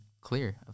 clear